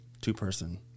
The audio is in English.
two-person